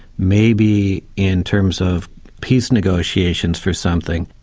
maybe in terms of peace negotiations for something,